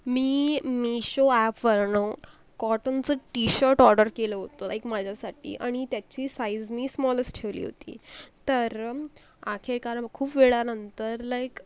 मी मीशो ॲपवरनं कॉटनचं T shirt order केलं होतं एक माझ्यासाठी अणि त्याची साईज मी स्मॉलच ठेवली होती तर आखेरकार खूप वेळानंतर लाईक